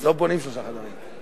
לא בונים שלושה חדרים.